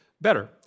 better